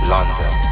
London